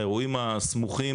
האירועים הסמוכים,